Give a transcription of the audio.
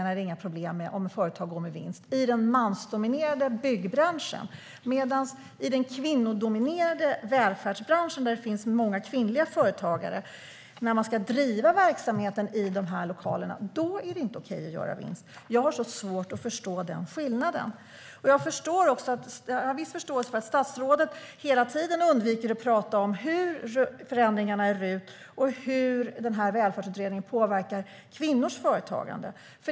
Det är inte några problem med att skattepengar går till vinst i den mansdominerade byggbranschen. I den kvinnodominerade välfärdsbranschen, där det finns många kvinnliga företagare och där man ska driva verksamheten i lokalerna, är det inte okej att göra vinst. Jag har svårt att förstå den skillnaden. Jag har viss förståelse för att statsrådet hela tiden undviker att tala om hur förändringarna i RUT och Välfärdsutredningen påverkar kvinnors företagande.